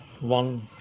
one